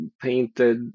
painted